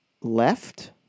left